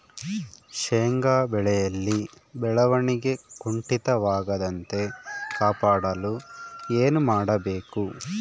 ಶೇಂಗಾ ಬೆಳೆಯಲ್ಲಿ ಬೆಳವಣಿಗೆ ಕುಂಠಿತವಾಗದಂತೆ ಕಾಪಾಡಲು ಏನು ಮಾಡಬೇಕು?